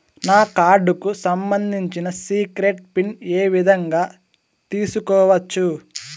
నా కార్డుకు సంబంధించిన సీక్రెట్ పిన్ ఏ విధంగా తీసుకోవచ్చు?